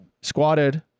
squatted